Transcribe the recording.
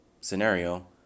scenario